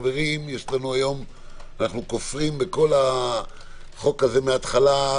אנחנו כופרים בכל החוק הזה מההתחלה,